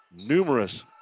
numerous